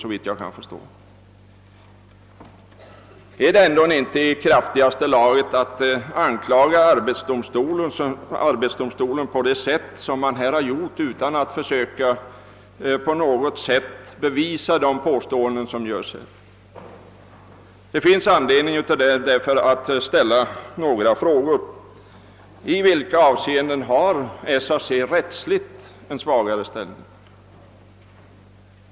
Är det ändå inte i kraftigaste laget att anklaga arbetsdomstolen på det sätt man här gjort utan att på något sätt försöka bevisa påståendena? Det finns anledning att ställa några frågor: I vilka avseenden har SAC rättsligt en svagare ställning?